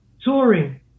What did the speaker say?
touring